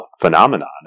phenomenon